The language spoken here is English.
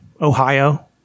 Ohio